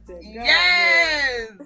Yes